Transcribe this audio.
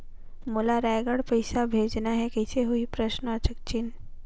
मोला रायगढ़ पइसा भेजना हैं, कइसे होही?